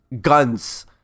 guns